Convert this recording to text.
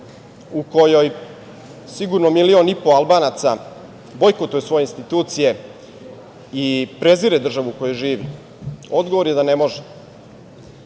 u kojoj sigurno 1,5 miliona Albanaca bojkotuje svoje institucije i prezire državu u kojoj živi? Odgovor je da ne može. Sa